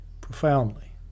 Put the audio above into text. profoundly